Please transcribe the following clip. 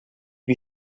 you